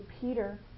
Peter